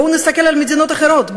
בואו נסתכל על מדינות אחרות,